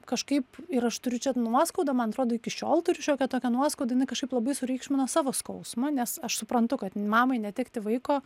kažkaip ir aš turiu čia nuoskaudą man atrodo iki šiol turiu šiokią tokią nuoskaudą inai kažkaip labai sureikšmino savo skausmą nes aš suprantu kad mamai netekti vaiko